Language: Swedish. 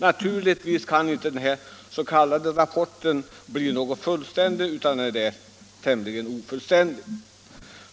Naturligtvis är denna rapport tämligen ofullständig.